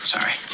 Sorry